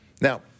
Now